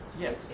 Yes